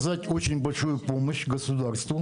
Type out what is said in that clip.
וכך המועצה המקומית מעבירה את זה דרך ההחלטה לרשות המקומית,